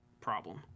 problem